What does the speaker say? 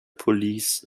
police